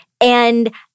and-